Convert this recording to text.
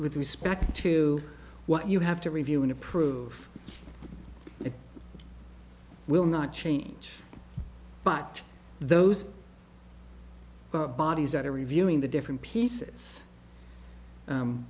respect to what you have to review and approve it will not change but those bodies that are reviewing the different pieces